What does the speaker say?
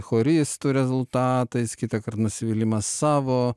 choristų rezultatais kitąkart nusivylimas savo